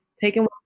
Taking